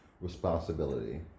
responsibility